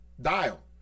dial